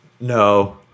No